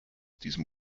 diesem